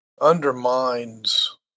undermines